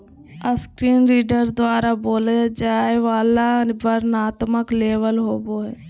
screen reader द्वारा बोलय जाय वला वर्णनात्मक लेबल होबो हइ